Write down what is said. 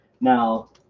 Now